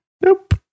Nope